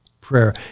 prayer